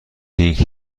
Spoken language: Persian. سینک